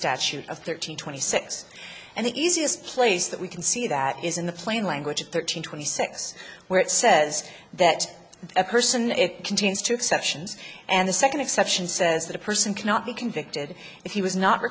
statute of thirteen twenty six and the easiest place that we can see that is in the plain language of thirteen twenty six where it says that a person it contains two exceptions and the second exception says that a person cannot be convicted if he was not